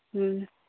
ᱦᱮᱸ